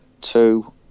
two